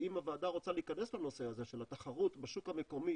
אם הוועדה רוצה להיכנס לנושא הזה של התחרות בשוק המקומי